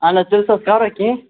اَہَن حظ تٔمِس حظ کَرو کیٚنٛہہ